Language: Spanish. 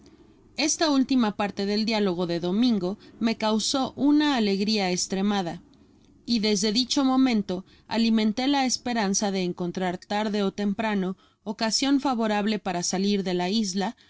esta última parte del diálogo de domingo me causó una alegria estremada y desde dicho momento alimenté la esperanza de encontrar tarde ó temprano ocasion favorable para salir de la isla